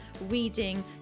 reading